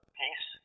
peace